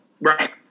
right